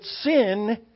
sin